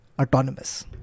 autonomous